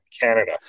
canada